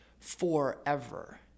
forever